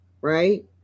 right